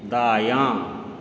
दायाँ